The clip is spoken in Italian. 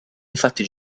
infatti